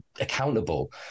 accountable